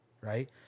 right